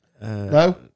No